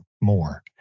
more